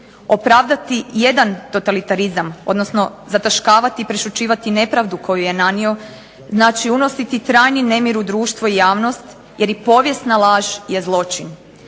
Opravdati jedan totalitarizam, odnosno zataškavati i prešućivati nepravdu koju je nanio znači unositi trajni nemir u društvo i javnost jer i povijesna laž je zločin.